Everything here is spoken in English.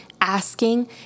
asking